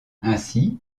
ainsi